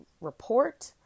report